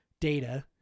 data